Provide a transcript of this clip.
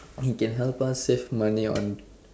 it can help us save money on